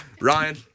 Ryan